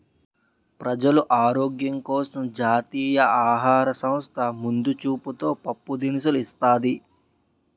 ప్రజలు ఆరోగ్యం కోసం జాతీయ ఆహార సంస్థ ముందు సూపుతో పప్పు దినుసులు ఇస్తాది